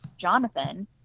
Jonathan